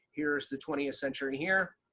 here's the twentieth century here.